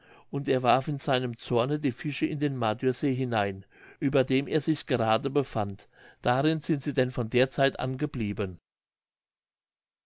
und er warf in seinem zorne die fische in den madüesee hinein über dem er sich gerade befand darin sind sie denn von der zeit an geblieben